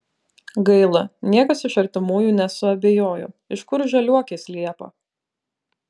gaila niekas iš artimųjų nesuabejojo iš kur žaliuokės liepą